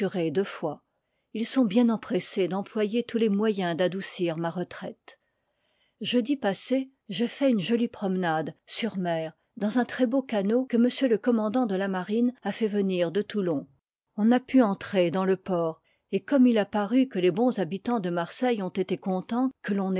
deux fois ils sont bien empressés d'employer tous les moyens d'adoucir ma retraite jeudi passé j'ai fait une jolie promenade sur mer dans un très beau canot que m le commandant de la marine a fait venir de toulon on a pu entrer dans le port et comme il a paru que les bons habitans de marseille ont été contens que h part l'on